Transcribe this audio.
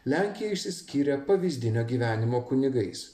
lenkija išsiskyrė pavyzdinio gyvenimo kunigais